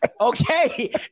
okay